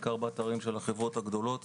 בעיקר באתרים של החברות הגדולות,